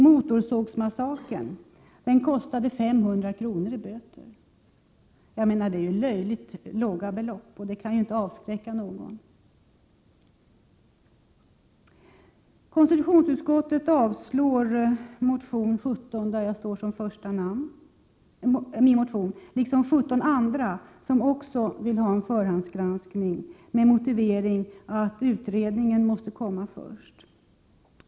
Motorsågsmassakern kostade 500 kr. i böter. Det är ett löjligt lågt belopp som inte kan avskräcka någon. Konstitutionsutskottet avstyrker min motion, liksom 17 andra som också vill ha förhandsgranskning, med motiveringen att utredningen måste komma först.